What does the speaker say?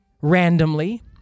randomly